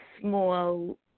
small